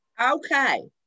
Okay